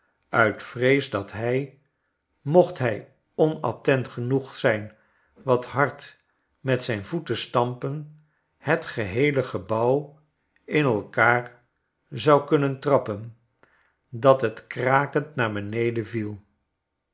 uit vrees dat hij mocht hij onattent genoeg zijn wat hard met zijn voet te stampen het geheele gebouw in elkaar zou kunnen trappen dat het krakend naar beneden viel